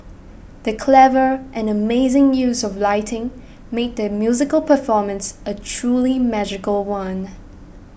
the clever and amazing use of lighting made the musical performance a truly magical one